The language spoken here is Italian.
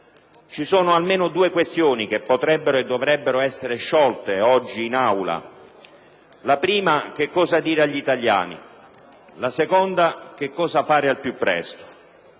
Ci sono almeno due questioni che potrebbero e dovrebbero essere sciolte: la prima che cosa dire agli italiani, la seconda che cosa fare al più presto.